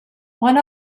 one